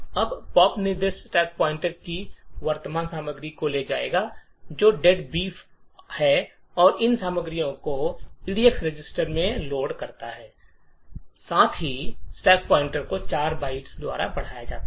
अब पॉप निर्देश stack pointer की वर्तमान सामग्री को ले जाएगा जो डेडबीफ "deadbeaf" है और इन सामग्रियों को एडक्स रजिस्टर में लोड करना है साथ ही स्टैक पॉइंटर को 4 बाइट्स द्वारा बढ़ाया जाता है